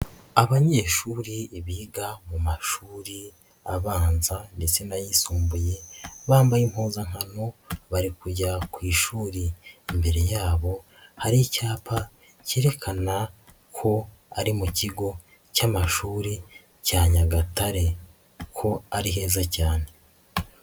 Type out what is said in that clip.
Abanyeshuri biga mu mashuri abanza ndetse n'ayisumbuye bambaye impuzankano bari kujya ku ishuri, imbere yabo hari icyapa kerekana ko ari mu kigo cy'amashuri cya Nyagatare, ko ari heza cyane.